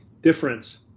difference